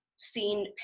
seen